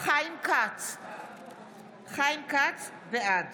חיים כץ, בעד